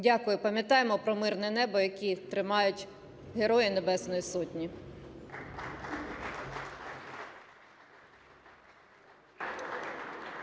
Дякую. І пам'ятаймо про мирне небо, яке тримають Герої Небесної Сотні.